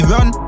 Run